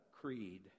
creed